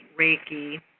Reiki